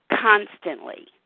constantly